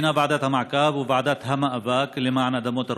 זו הפגנה שארגנו ועדת המעקב וועדת המאבק למען אדמות אל-רוחה,